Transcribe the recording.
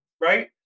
right